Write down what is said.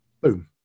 Boom